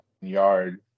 yard